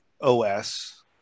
OS